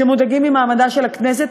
שמודאגים ממעמדה של הכנסת,